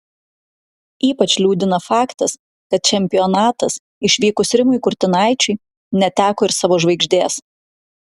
ypač liūdina faktas kad čempionatas išvykus rimui kurtinaičiui neteko ir savo žvaigždės